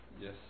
Yes